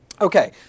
Okay